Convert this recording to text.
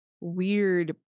weird